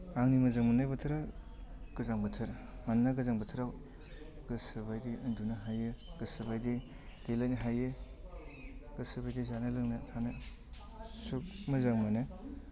आंनि मोजां मोन्नाय बोथोरा गोजां बोथोर मानोना गोजां बोथोराव गोसोबायदि उन्दुनो हायो गोसोबायदि देलायनो हायो गोसोबायदि जानाय लोंनाय थानो सुखु मोजां मोनो